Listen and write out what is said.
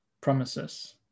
promises